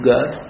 God